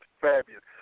fabulous